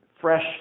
fresh